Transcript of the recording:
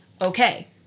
okay